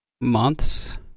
months